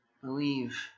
believe